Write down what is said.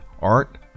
Art